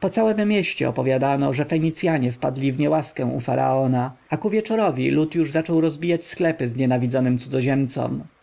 po całem mieście opowiadano że fenicjanie wpadli w niełaskę u faraona a ku wieczorowi lud już zaczął rozbijać sklepy znienawidzonym cudzoziemcom